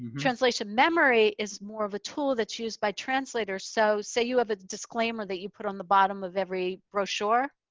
translation memory is more of a tool that's used by translators, so say you have a disclaimer that you put on the bottom of every brochure.